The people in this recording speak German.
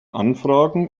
anfragen